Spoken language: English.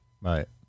right